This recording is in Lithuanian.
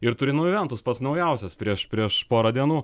ir turino juventus pats naujausias prieš prieš porą dienų